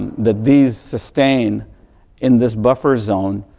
that these sustain in this buffer zone,